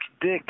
Dick